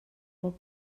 poc